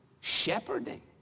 shepherding